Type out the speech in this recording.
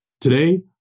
Today